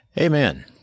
Amen